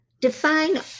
Define